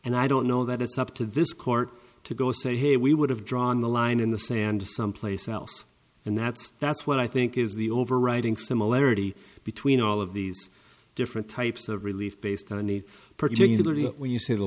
and i don't know that it's up to this court to go say hey we would have drawn the line in the sand someplace else and that's that's what i think is the overriding similarity between all of these different types of relief based on need particularly when you see the